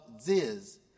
Ziz